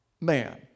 man